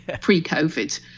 pre-COVID